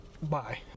bye